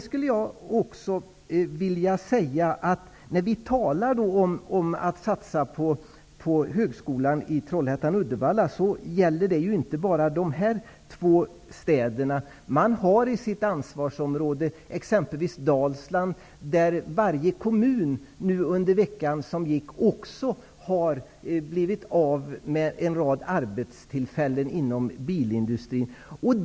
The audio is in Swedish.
Satsningen på högskolan Trollhättan-Uddevalla gäller ju inte bara de två städerna. I ansvarsområdet ingår också Dalsland, där varje kommun under veckan som gick blev av med en rad arbetstillfällen inom bilindustrin.